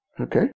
Okay